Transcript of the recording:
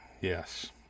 Yes